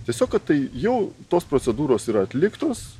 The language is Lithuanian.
tiesiog tai jau tos procedūros yra atliktos